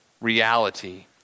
reality